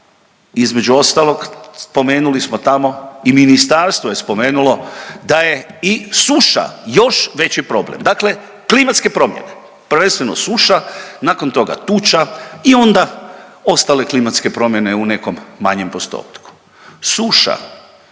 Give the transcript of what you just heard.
između ostalog spomenuli smo tamo i ministarstvo je spomenulo da je i suša još veći problem, dakle klimatske promjene, prvenstveno suša, nakon toga tuča i onda ostale klimatske promjene u nekom manjem postotku. Suša